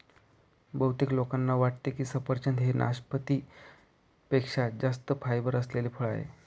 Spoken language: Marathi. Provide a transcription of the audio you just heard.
बहुतेक लोकांना वाटते की सफरचंद हे नाशपाती पेक्षा जास्त फायबर असलेले फळ आहे